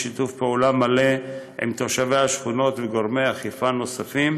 בשיתוף פעולה מלא עם תושבי השכונות וגורמי אכיפה נוספים,